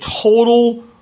total